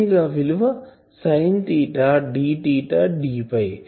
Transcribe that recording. d విలువ sin d d